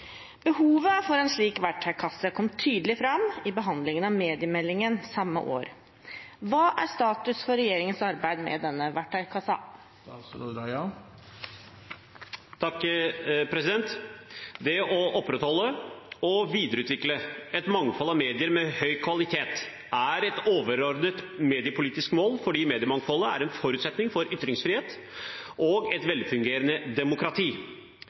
Behovet for en slik verktøykasse kom tydelig fram i behandlingen av mediemeldingen samme år. Hva er status for regjeringens arbeid med denne verktøykassa?» Det å opprettholde og videreutvikle et mangfold av medier av høy kvalitet er et overordnet mediepolitisk mål, fordi mediemangfoldet er en forutsetning for ytringsfrihet og et velfungerende demokrati.